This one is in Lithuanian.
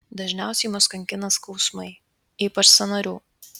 dažniausiai mus kankina skausmai ypač sąnarių